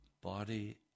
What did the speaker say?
body